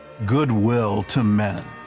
good will to men.